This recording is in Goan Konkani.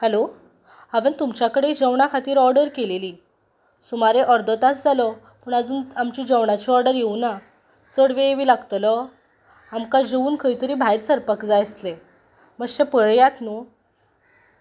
हॅलो हांवें तुमचे कडल्यान जेवणा खातीर ऑर्डर केलेली सुमारे अर्द तास जालो पूण आजून आमच्या जेवणाची ऑर्डर येना चड वेळ बी लागतलो आमकां जेवून खंयतरी भायर सरपाक जाय आसलें मातशें पळयात न्हू